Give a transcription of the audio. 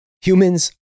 humans